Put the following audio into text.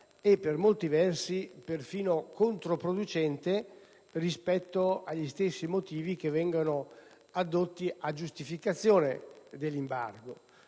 e per molti versi perfino controproducente rispetto agli stessi motivi che vengono addotti a giustificazione dell'embargo.